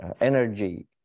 energy